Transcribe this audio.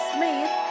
Smith